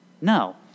No